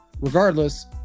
Regardless